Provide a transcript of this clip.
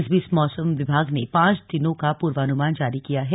इस बीच मौसम विभाग ने पांच दिनों को जो पूर्वानुमान जारी किया है